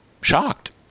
shocked